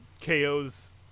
KO's